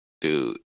dude